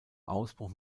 ausbruch